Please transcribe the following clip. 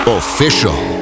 official